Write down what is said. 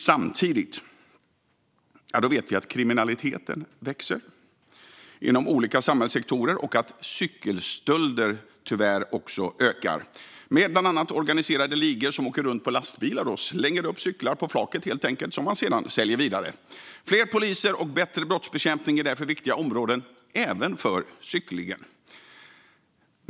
Samtidigt vet vi att kriminaliteten växer inom olika samhällssektorer och att cykelstölderna tyvärr också ökar, med bland annat organiserade ligor som åker runt med lastbilar och helt enkelt slänger upp cyklar på flaket som man sedan säljer vidare. Fler poliser och bättre brottsbekämpning är därför viktiga områden även för cyklingen.